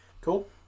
Cool